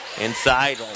inside